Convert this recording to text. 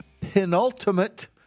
penultimate